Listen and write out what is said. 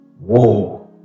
Whoa